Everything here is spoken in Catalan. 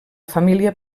família